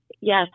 Yes